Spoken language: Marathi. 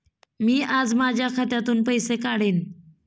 मी आज माझ्या खात्यातून पैसे काढेन